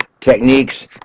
techniques